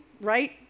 right